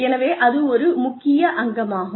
எனவே அது ஒரு முக்கிய அங்கமாகும்